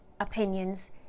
opinions